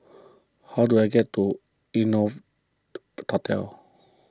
how do I get to Hotel